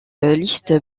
liste